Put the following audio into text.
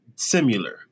similar